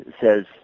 says